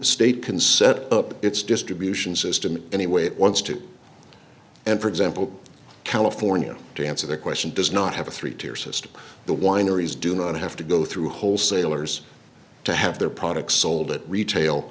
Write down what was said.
state can set up its distribution system in any way it wants to and for example california to answer the question does not have a three tier system the wineries do not have to go through wholesalers to have their products sold at retail